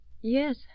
Yes